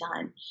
done